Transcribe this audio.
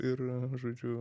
ir žodžiu